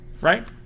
right